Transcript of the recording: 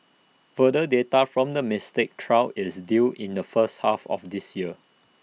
further data from the Mystic trial is due in the first half of this year